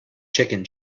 chicken